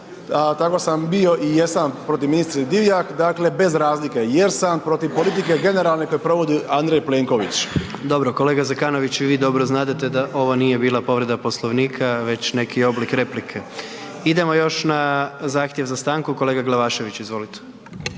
tako sam bio i jesam protiv ministrice Divjak, dakle bez razlike jer sam protiv politike generalne koju provodi Andrej Plenković. **Jandroković, Gordan (HDZ)** Dobro, kolega Zekanović i vi dobro znadete da ovo nije bila povreda Poslovnika već neki oblik replike. Idemo još na zahtjev za stanku, kolega Glavašević, izvolite.